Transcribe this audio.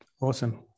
Awesome